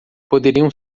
poderiam